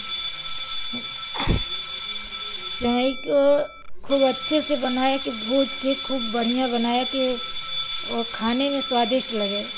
सेवई को खूब अच्छे से बनाए की भूज कर खूब बढ़िया बनाए की वह खाने में स्वादिष्ट लगे